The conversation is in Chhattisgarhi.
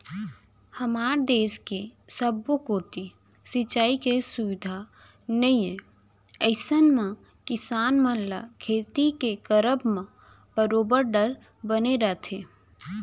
हमर देस के सब्बो कोती सिंचाई के सुबिधा नइ ए अइसन म किसान मन ल खेती के करब म बरोबर डर बने रहिथे